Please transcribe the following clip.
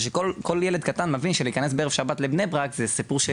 כשכל ילד קטן מבין שלהיכנס בערב שבת לבני ברק זה סיפור.